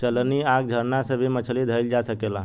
चलनी, आँखा, झरना से भी मछली धइल जा सकेला